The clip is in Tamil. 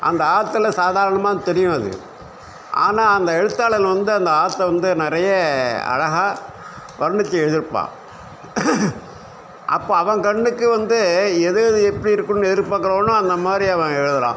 அந்த ஆத்தில் சாதாரணமாக தெரியும் அது ஆனால் அந்த எழுத்தாளன் வந்து அந்த ஆற்ற வந்து நிறைய அழகாக வர்ணிச்சு எழுதியிருப்பான் அப்போ அவன் கண்ணுக்கு வந்து எது எது எப்படி இருக்கணும்னு எதிர்பாக்குறானோ அந்த மாதிரி அவன் எழுதுகிறான்